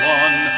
one